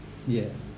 yeah